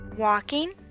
Walking